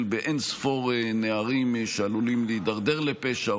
באין-ספור נערים שעלולים להידרדר לפשע,